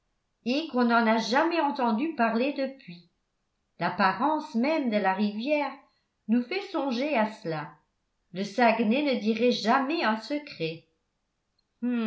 et qu'on n'en a jamais entendu parler depuis l'apparence même de la rivière nous fait songer à cela le saguenay ne dirait jamais un secret